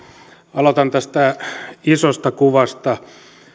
aloitan tästä isosta kuvasta